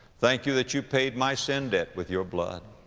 thank you that you paid my sin debt with your blood.